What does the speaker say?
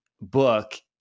book